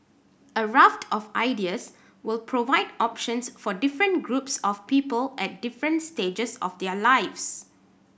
a raft of ideas will provide options for different groups of people at different stages of their lives